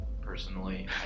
Personally